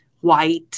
white